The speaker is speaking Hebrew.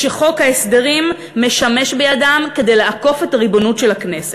כשחוק ההסדרים משמש בידם כדי לעקוף את ריבונותה של הכנסת.